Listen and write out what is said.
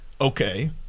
Okay